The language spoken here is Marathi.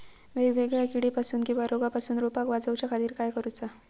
वेगवेगल्या किडीपासून किवा रोगापासून रोपाक वाचउच्या खातीर काय करूचा?